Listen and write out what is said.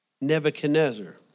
Nebuchadnezzar